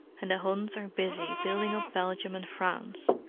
and the huns are busy building up belgium and france.